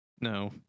No